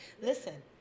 Listen